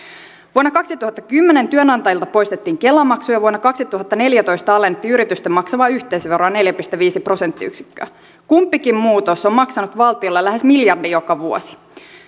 vuonna kaksituhattakymmenen työnantajilta poistettiin kela maksu ja vuonna kaksituhattaneljätoista alennettiin yritysten maksamaa yhteisöveroa neljä pilkku viisi prosenttiyksikköä kumpikin muutos on maksanut valtiolle lähes miljardin joka vuosi